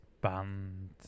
band